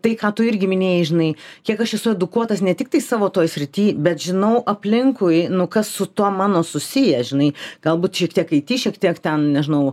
tai ką tu irgi minėjai žinai kiek aš esu edukuotas ne tiktai savo toj srityj bet žinau aplinkui nu kas su tuo mano susiję žinai galbūt šiek tiek it šiek tiek ten nežinau